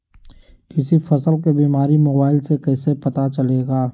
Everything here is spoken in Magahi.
किसी फसल के बीमारी मोबाइल से कैसे पता चलेगा?